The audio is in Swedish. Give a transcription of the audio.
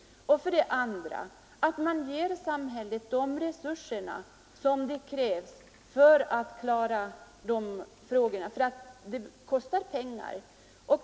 För det andra måste man ge samhället de resurser som krävs — för det kostar pgngar.